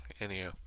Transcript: Anyhow